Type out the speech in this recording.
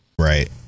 Right